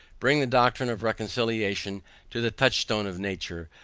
bring the doctrine of reconciliation to the touchstone of nature,